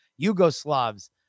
Yugoslavs